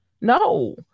No